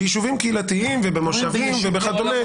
ביישובים קהילתיים ובמושבים וכדומה.